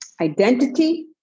identity